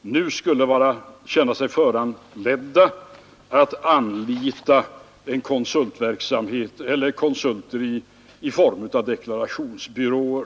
nu skulle känna sig föranledda att anlita konsulter i form av deklarationsbyråer.